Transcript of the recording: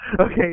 okay